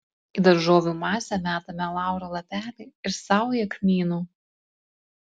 į daržovių masę metame lauro lapelį ir saują kmynų